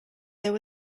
there